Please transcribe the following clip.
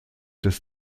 des